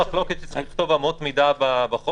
צריך לכתוב אמות מידה בחוק.